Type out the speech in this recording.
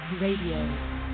Radio